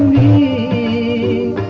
a